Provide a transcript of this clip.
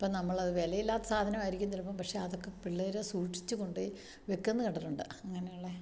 ഇപ്പം നമ്മൾ അത് വിലയില്ലാത്ത സാധനമായിരിക്കും ചിലപ്പം പക്ഷേ അതൊക്കെ പിള്ളേർ സൂക്ഷിച്ച് കൊണ്ടോയി വെക്കുന്നത് കണ്ടിട്ടുണ്ട് അങ്ങനെയുള്ള